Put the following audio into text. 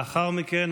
לאחר מכן,